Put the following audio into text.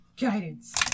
Guidance